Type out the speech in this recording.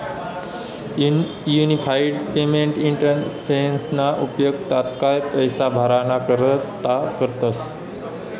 unified payment इंटरफेसना उपेग तात्काय पैसा भराणा करता करतस